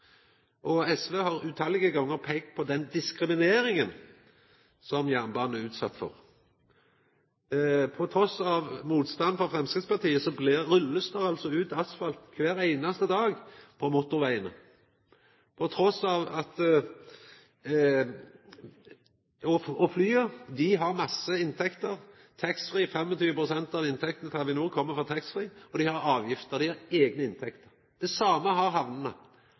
SV har tallause gonger peikt på den diskrimineringa som jernbanen er utsett for. Trass i motstand frå Framstegspartiet blir det rulla ut asfalt kvar einaste dag på motorvegane. Og flya har masse inntekter – taxfree: 25 pst. av inntektene til Avinor kjem frå taxfree – og dei har avgifter. Dei har eigne inntekter. Det same har